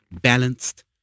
balanced